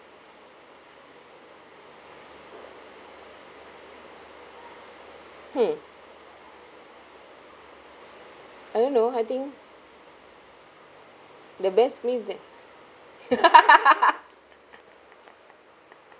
hmm I don't know I think the best meal that